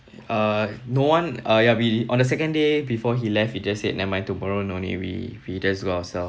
uh no one ah ya we on the second day before he left we just said never mind tomorrow no need we we just do ourselves